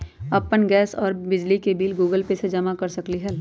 अपन गैस और बिजली के बिल गूगल पे से जमा कर सकलीहल?